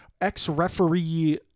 ex-referee